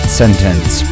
sentence